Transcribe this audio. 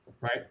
right